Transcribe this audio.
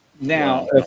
Now